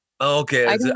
Okay